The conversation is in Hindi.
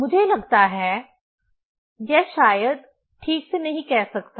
मुझे लगता है यह शायद ठीक से नहीं कह सकता